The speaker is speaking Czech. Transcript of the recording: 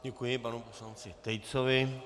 Děkuji panu poslanci Tejcovi.